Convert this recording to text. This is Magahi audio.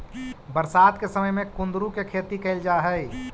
बरसात के समय में कुंदरू के खेती कैल जा हइ